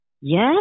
Yes